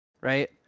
right